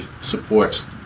supports